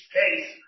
case